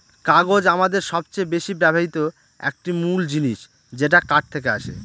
কাগজ আমাদের সবচেয়ে বেশি ব্যবহৃত একটি মূল জিনিস যেটা কাঠ থেকে আসে